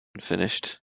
finished